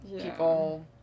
people